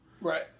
Right